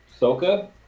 Soka